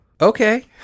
Okay